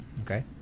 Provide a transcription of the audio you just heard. Okay